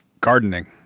gardening